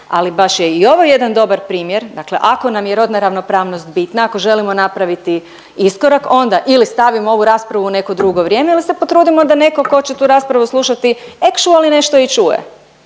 Ali baš je i ovo jedan dobar primjer, dakle ako nam je rodna ravnopravnost bitna, ako želimo napraviti iskorak, onda ili stavimo ovu raspravu u neko drugo vrijeme ili se potrudimo da netko će tu raspravu slušati, actually nešto i čuje.